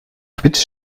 bitte